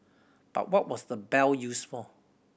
but what was the bell used for